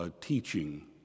teaching